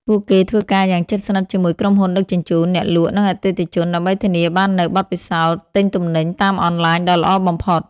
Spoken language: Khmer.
ពួកគេធ្វើការយ៉ាងជិតស្និទ្ធជាមួយក្រុមហ៊ុនដឹកជញ្ជូន អ្នកលក់ និងអតិថិជន ដើម្បីធានាបាននូវបទពិសោធន៍ទិញទំនិញតាមអនឡាញដ៏ល្អបំផុត។